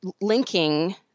linking